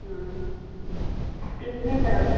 हाँ कितने का है